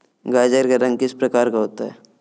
गाजर का रंग किस प्रकार का होता है?